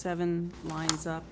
seven lines up